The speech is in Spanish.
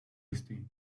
este